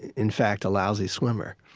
in fact, a lousy swimmer.